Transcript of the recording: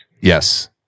Yes